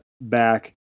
back